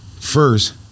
first